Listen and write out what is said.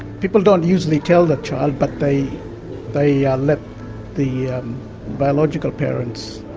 people don't usually tell the child, but they they let the biological parents